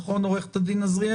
נכון, עו"ד אזריאל?